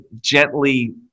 gently